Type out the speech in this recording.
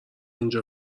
اینجا